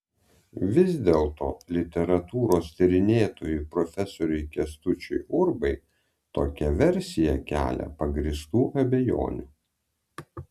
vis dėlto literatūros tyrinėtojui profesoriui kęstučiui urbai tokia versija kelia pagrįstų abejonių